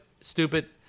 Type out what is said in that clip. stupid